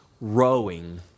rowing